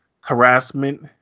harassment